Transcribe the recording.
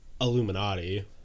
Illuminati